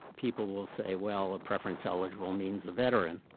people will say, well, a preference eligible means a veteran.